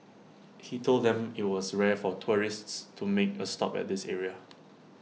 he told them IT was rare for tourists to make A stop at this area